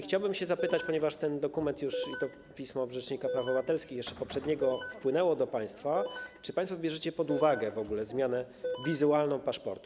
Chciałbym zapytać, ponieważ ten dokument, to pismo od rzecznika praw obywatelskich, jeszcze poprzedniego, już wpłynęło do państwa, czy państwo bierzecie pod uwagę w ogóle zmianę wizualną paszportu.